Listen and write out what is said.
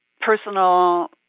personal